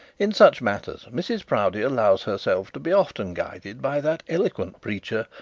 in such matters, mrs proudie allows herself to be often guided by that eloquent preacher,